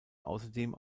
außerdem